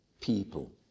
people